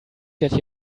get